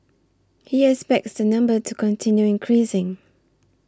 he expects the number to continue increasing